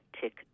tick